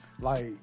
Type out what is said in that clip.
like-